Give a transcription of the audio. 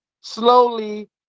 slowly